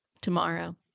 tomorrow